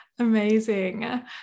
Amazing